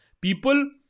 People